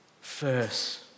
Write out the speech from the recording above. first